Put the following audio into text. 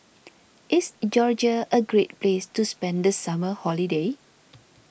is Georgia a great place to spend the summer holiday